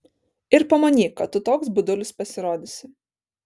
ir pamanyk kad tu toks budulis pasirodysi